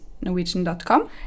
Norwegian.com